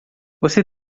você